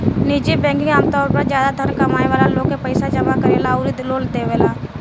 निजी बैंकिंग आमतौर पर ज्यादा धन कमाए वाला लोग के पईसा जामा करेला अउरी लोन देवेला